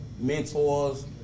mentors